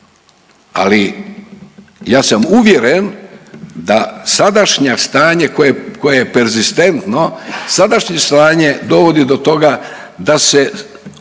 ali ja sam uvjeren da sadašnja stanje koje je perzistentno, sadašnje stanje dovodi do toga da se